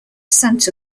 santa